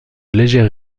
légères